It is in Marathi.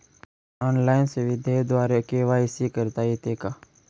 ऑनलाईन सुविधेद्वारे के.वाय.सी करता येते का?